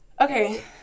Okay